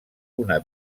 una